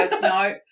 No